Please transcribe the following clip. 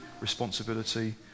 responsibility